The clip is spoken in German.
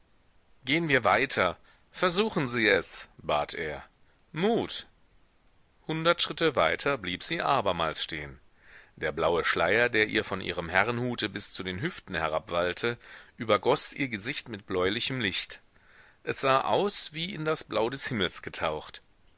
gehen wir weiter versuchen sie es bat er mut hundert schritte weiter blieb sie abermals stehen der blaue schleier der ihr von ihrem herrenhute bis zu den hüften herabwallte übergoß ihr gesicht mit bläulichem licht es sah aus wie in das blau des himmels getaucht